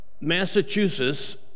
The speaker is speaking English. Massachusetts